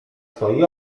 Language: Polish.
stoi